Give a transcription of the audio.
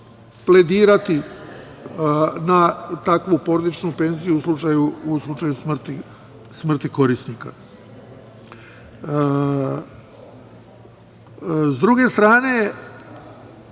pledirati na takvu porodičnu penziju u slučaju smrti korisnika.S druge strane,